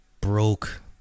broke